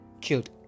killed